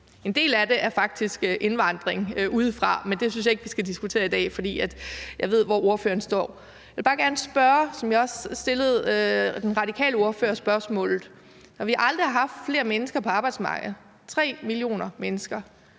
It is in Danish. En del af det er faktisk indvandring udefra, men det synes jeg ikke vi skal diskutere i dag, for jeg ved, hvor ordføreren står. Jeg vil bare gerne stille det samme spørgsmål, som jeg også stillede til den radikale ordfører. Når vi aldrig har haft flere mennesker på arbejdsmarkedet, 3 millioner mennesker,